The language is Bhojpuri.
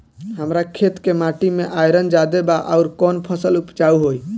हमरा खेत के माटी मे आयरन जादे बा आउर कौन फसल उपजाऊ होइ?